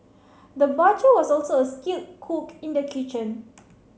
the butcher was also a skilled cook in the kitchen